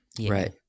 Right